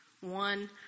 One